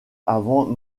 avant